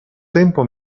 tempo